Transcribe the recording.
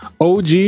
OG